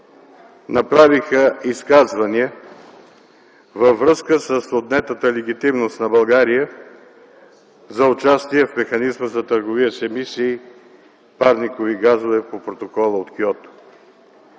направиха изказвания във връзка с отнетата легитимност на България за участие в механизма за търговия с емисии парникови газове по Протокола от Киото.